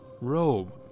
robe